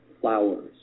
flowers